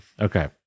Okay